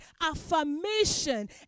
affirmation